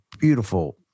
beautiful